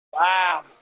Wow